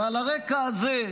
ועל הרקע הזה,